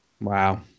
Wow